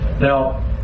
Now